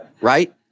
right